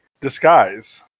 Disguise